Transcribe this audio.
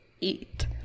eat